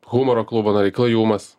humoro klubo nariai klajumas